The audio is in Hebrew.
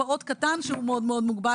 התקצוב הוא תקצוב פר פעוט,